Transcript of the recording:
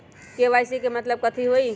KYC के मतलब कथी होई?